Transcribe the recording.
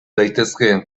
daitezkeen